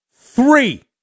three